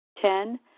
Ten